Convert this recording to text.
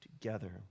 together